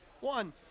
one